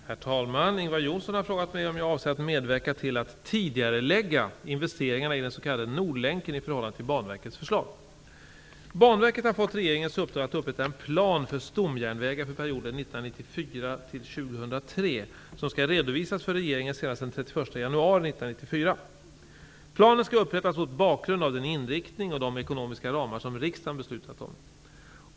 Herr talman! Ingvar Johnsson har frågat mig om jag avser att medverka till att tidigarelägga investeringarna i den s.k. Nordlänken i förhållande till Banverkets förslag. 1994--2003 som skall redovisas för regeringen senast den 31 januari 1994. Planen skall upprättas mot bakgrund av den inriktning och de ekonomiska ramar som riksdagen beslutat om.